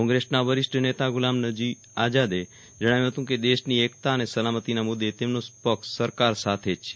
કોંગ્રેસના વરિષ્ઠ નેતા ગ્લામનબી આઝાદે જણાવ્યું હતું કે દેશની એકતા અને સલામતીના મુદ્દે તેમનો પક્ષ સરકાર સાથે જ છે